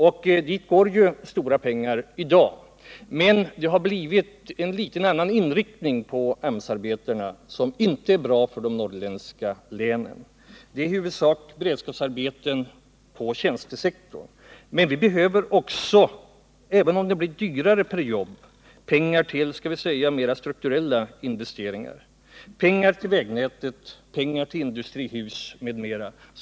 Det rör sig i dag om stora pengar. Men AMS-arbetena har fått en litet annan inriktning, som inte är bra för de norrländska länen. Det gäller i huvudsak beredskapsarbeten på tjänstesektorn. Men vi behöver också, även om det blir dyrare per jobb, pengar till mera strukturella investeringar, till vägnätet, industrihus m.m.